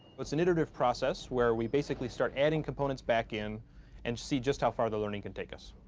it's an iterative process where we basically start adding components back in and see just how far the learning can take us.